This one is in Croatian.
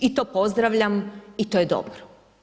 I to pozdravljam i to je dobro.